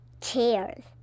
chairs